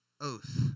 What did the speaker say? Oath